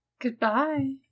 Goodbye